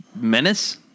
menace